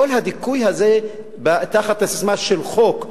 כל הדיכוי הזה בא תחת הססמה של חוק.